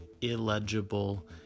illegible